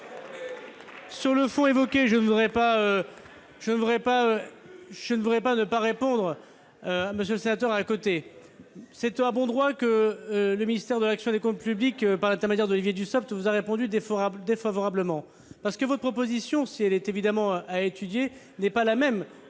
Sur le fond, je ne voudrais pas ne pas vous répondre, monsieur le sénateur Claude Bérit-Débat. C'est à bon droit que le ministère de l'action et des comptes publics, par l'intermédiaire d'Olivier Dussopt, vous a répondu défavorablement, parce que votre proposition, si elle est évidemment à étudier, n'est pas la même